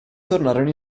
tornarono